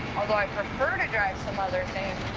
although i prefer to drive some other things,